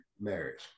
marriage